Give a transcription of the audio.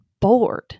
bored